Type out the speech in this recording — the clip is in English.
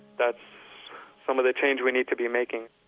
that's some of the change we need to be making